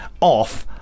off